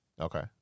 Okay